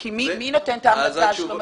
מי נותן את ההחלטה על שלום הציבור?